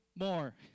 more